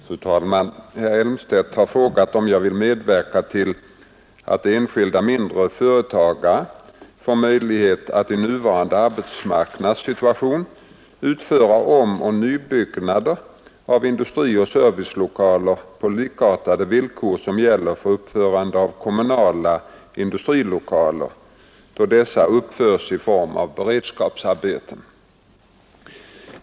Fru talman! Herr Elmstedt har frågat mig om jag vill medverka till att enskilda mindre företagare får möjligheter att i nuvarande arbetsmarknadssituation utföra omoch nybyggnader av industrioch servicelokaler på likartade villkor som gäller för uppförande av kommunala industrilokaler, då dessa uppförs i form av beredskapsarbeten.